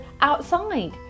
outside